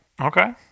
Okay